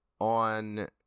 on